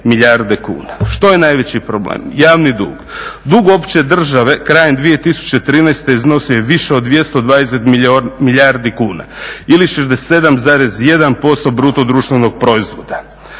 milijarde kuna. Što je najveći problem? Javni dug. Dug opće države krajem 2013. iznosio je više od 220 milijardi kuna ili 67,1% BDP-a. Ako tome pridodamo